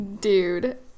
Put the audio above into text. Dude